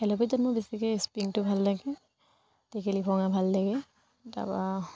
খেলৰ ভিতৰত মোৰ বেছিকৈ স্পিংটো ভাল লাগে টেকেলি ভঙা ভাল লাগে তাৰপৰা